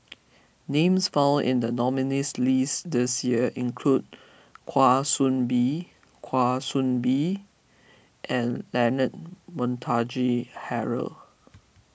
names found in the nominees' list this year include Kwa Soon Bee Kwa Soon Bee and Leonard Montague Harrod